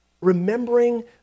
Remembering